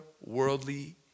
worldly